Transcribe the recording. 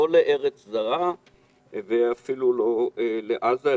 לא לארץ זרה ואפילו לא לעזה,